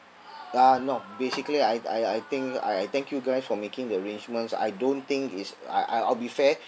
uh no basically I I I think I thank you guys for making the arrangements I don't think it's I I I'll be fair